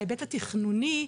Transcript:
בהיבט התכנוני,